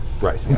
right